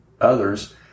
others